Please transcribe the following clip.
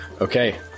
Okay